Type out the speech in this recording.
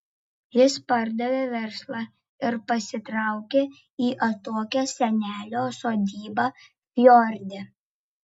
jis pardavė verslą ir pasitraukė į atokią senelio sodybą fjorde